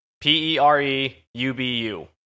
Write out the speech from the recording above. P-E-R-E-U-B-U